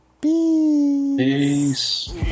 Peace